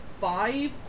five